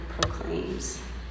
proclaims